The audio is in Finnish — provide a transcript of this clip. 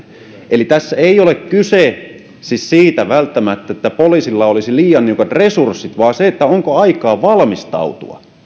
eli tässä ei ole kyse siis välttämättä siitä että poliisilla olisi liian niukat resurssit vaan siitä onko aikaa valmistautua